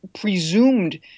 presumed